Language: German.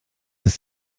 ist